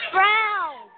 Brown